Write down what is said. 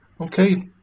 Okay